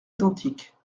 identiques